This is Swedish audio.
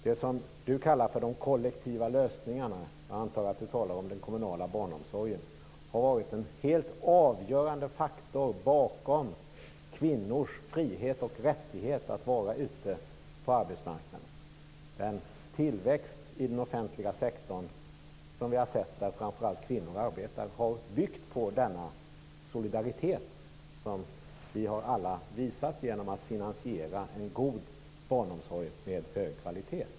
Det som Bo Lundgren kallar för de kollektiva lösningarna - jag antar att han talar om den kommunala barnomsorgen - har varit en helt avgörande faktor bakom kvinnors frihet och rättighet att vara ute på arbetsmarknaden. Tillväxten i den offentliga sektorn, där framför allt kvinnor arbetar, har byggt på den solidaritet som vi alla har visat genom att finansiera en god barnomsorg med hög kvalitet.